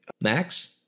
Max